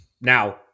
Now